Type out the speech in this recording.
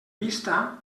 vista